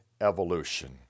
Evolution